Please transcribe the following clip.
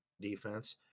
defense